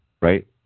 Right